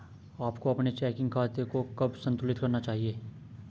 आपको अपने चेकिंग खाते को कब संतुलित करना चाहिए?